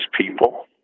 people